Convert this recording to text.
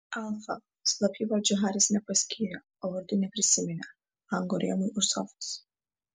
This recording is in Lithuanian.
alfa slapyvardžių haris nepaskyrė o vardų neprisiminė lango rėmui už sofos